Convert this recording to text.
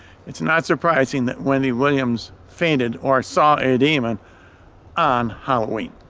it's not surprising that wendy williams fainted or saw a demon on halloween.